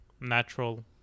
natural